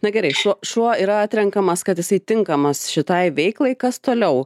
na gerai šuo šuo yra atrenkamas kad jisai tinkamas šitai veiklai kas toliau